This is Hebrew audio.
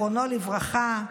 זיכרונו לברכה.